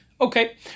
Okay